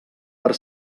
per